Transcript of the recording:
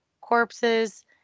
corpses